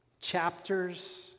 chapters